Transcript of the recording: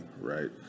right